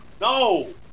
No